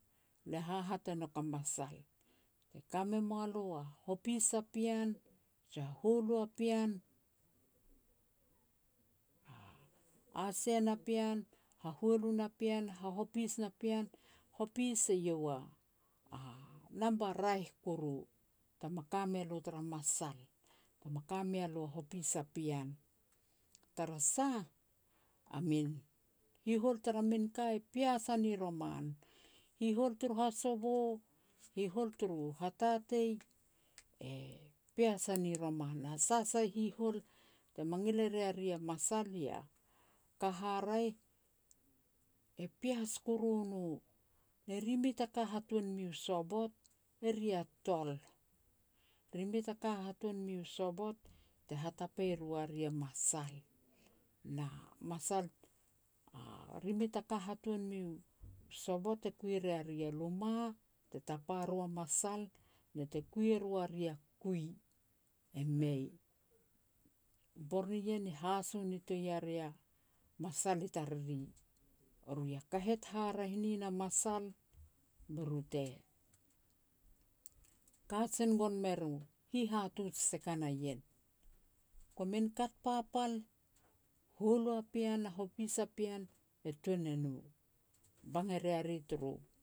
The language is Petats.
Le hahat e nouk a masal, te ka me mua lo a hopis a pean, je hualu a pean, a sia na pean, hahualu na pean, hahopis na pean, hopis eiau a namba raeh kuru tama ka mea lo tara masal, tama ka mea lo a hopis a pean. Tara sah, a min hihol tara min ka e pias a ni roman. Hihol turu hasovo, hihol turu hatatei, e pias a ni roman, na sa sai a hihol, te mangil e ria ri a masal ya ka haraeh, e pias kuru no. Ne ri mei ta ka hatuan miu sovot, eri a tol. Ri mei ta ka hatuan miu sovot te hatapai e ru a ri a masal. Na masal ri mei ta ka hatuan miu sovot te kui e ria ri a luma, te tapa ru a masal, na te kui e rua ri a kui, e mei. Bor nien e haso nitoi ya masal i tariri, eru ya kahet haraeh nin a masal, be ru te kajen gon mer u hihatuj te kana ien. Komin kat papal, hualu a pean na hopis a pean, e tuan e no, bang e ria ri turu